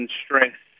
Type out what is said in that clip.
stress